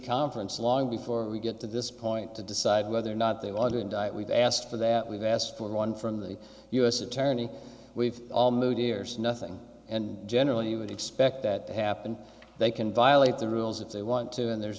conference long before we get to this point to decide whether or not they want to indict we've asked for that we've asked for one from the u s attorney we've all moved years nothing and generally you would expect that to happen they can violate the rules if they want to and there's